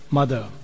mother